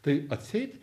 tai atseit